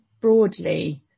broadly